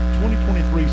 2023